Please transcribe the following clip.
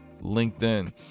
LinkedIn